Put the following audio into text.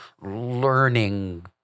learning